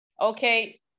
Okay